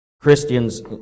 Christians